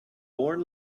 born